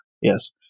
Yes